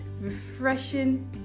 refreshing